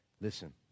Listen